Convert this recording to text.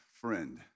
friend